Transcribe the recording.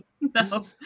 No